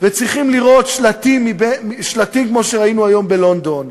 וצריכים לראות שלטים כמו שראינו היום בלונדון,